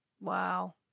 Wow